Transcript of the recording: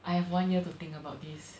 I have one year to think about this